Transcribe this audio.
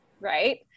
right